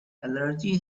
allergy